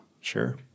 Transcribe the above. Sure